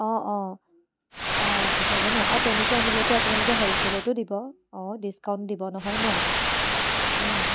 অ' অ' অ' দি থাকে ন' অ' তেনেকৈ আনিলেটো আপোনালোকে হ'লছে'লটো দিব অ' ডিছকাউণ্ট দিব নহয় ন'